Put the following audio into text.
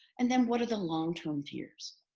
and then what are the longterm fears